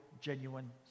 genuine